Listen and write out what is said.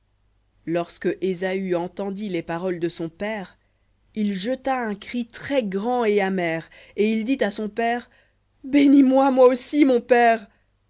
lorsque ésaü entendit les paroles de son père il jeta un cri très-grand et amer et il dit à son père bénis moi moi aussi mon père